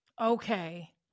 Okay